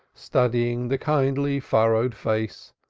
studying the kindly furrowed face,